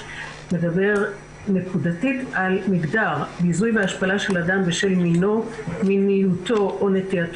יותאמו לענף הספורט ויכללו מידע בדבר זיהוי מצבי הטרדה מינית או התנכלות